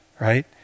right